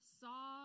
saw